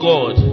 God